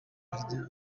kurya